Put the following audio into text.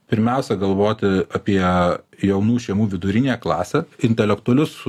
pirmiausia galvoti apie jaunų šeimų vidurinę klasę intelektualius